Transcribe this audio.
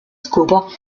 scopo